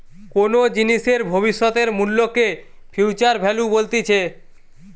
কোনো জিনিসের ভবিষ্যতের মূল্যকে ফিউচার ভ্যালু বলতিছে